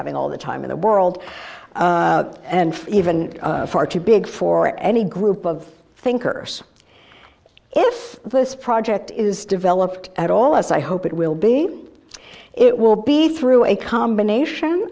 having all the time in the world and even far too big for any group of thinkers if this project is developed at all as i hope it will be it will be through a combination